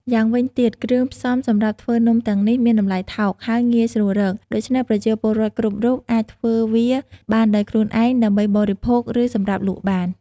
យ៉ាងវិញទៀតគ្រឿងផ្សំសម្រាប់ធ្វើនំទាំងនេះមានតម្លៃថោក ហើយងាយស្រួលរក ដូច្នេះប្រជាពលរដ្ឋគ្រប់រូបអាចធ្វើវាបានដោយខ្លួនឯងដើម្បីបរិភោគ ឬសម្រាប់លក់បាន។